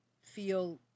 feel